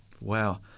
Wow